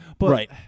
Right